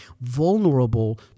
vulnerable